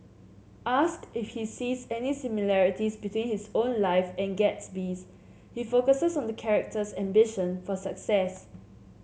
ask if he sees any similarities between his own life and Gatsby's he focuses on the character's ambition for success